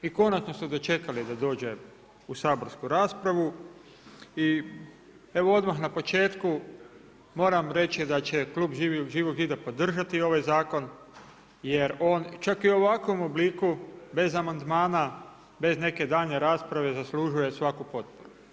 I konačno su dočekali da dođe u saborsku raspravu i evo odmah na početku moram reći da će klub Živog zida podržati ovaj zakon, jer on, čak i u ovakvom obliku bez amandmana, bez neke daljnje rasprave zaslužuje svaku potporu.